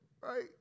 Right